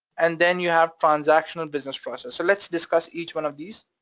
and then you have transactional business process. so let's discuss each one of these,